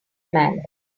man